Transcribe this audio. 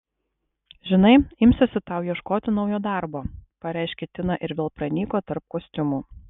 žinai imsiuosi tau ieškoti naujo darbo pareiškė tina ir vėl pranyko tarp kostiumų